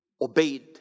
obeyed